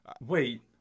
wait